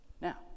Now